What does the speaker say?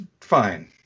fine